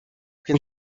can